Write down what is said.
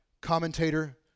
commentator